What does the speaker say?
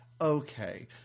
Okay